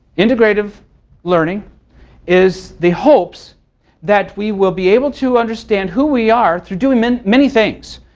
integrative learning is the hopes that we will be able to understand who we are through doing many many things.